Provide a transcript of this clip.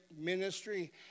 ministry